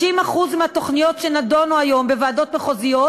אלה הן כ-60% מהתוכניות שנדונות היום בוועדות מחוזיות,